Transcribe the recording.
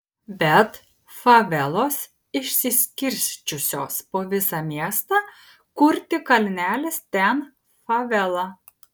bet favelos išsiskirsčiusios po visą miestą kur tik kalnelis ten favela